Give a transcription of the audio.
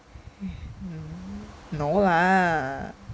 no lah